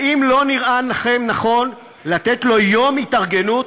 האם לא נראה לכם נכון לתת לו יום התארגנות